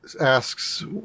asks